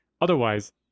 Otherwise